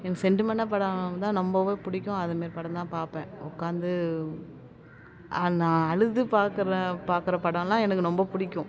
எனக்கு சென்டிமெண்ட்டா படம் தான் ரொம்பவே பிடிக்கும் அதுமாரி படம்தான் பார்ப்பேன் உட்காந்து நான் அழுது பாக்கிற பாக்கிற படம்லாம் எனக்கு ரொம்ப பிடிக்கும்